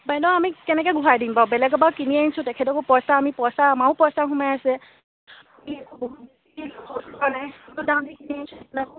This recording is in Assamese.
বাইদেউ আমি কেনেকৈ ঘূৰাই দিম বাৰু বেলেগৰ পৰা কিনি আনিছোঁ তেখেতকো পইচা আমি পইচা আমাৰো পইচা সোমাই আছে